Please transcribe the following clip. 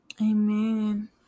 Amen